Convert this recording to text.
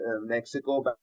Mexico